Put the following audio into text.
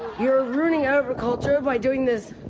you're ruining agriculture by doing this.